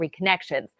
reconnections